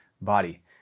body